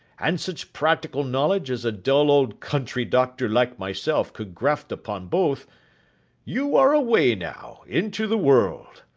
and such practical knowledge as a dull old country doctor like myself could graft upon both you are away, now, into the world.